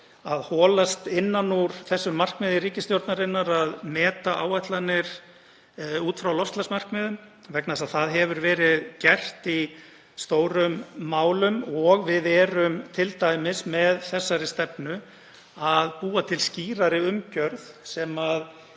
að hola innan úr því markmiði ríkisstjórnarinnar að meta áætlanir út frá loftslagsmarkmiðum. Það hefur verið gert í stórum málum og við erum t.d. með þessari stefnu að búa til skýrari umgjörð sem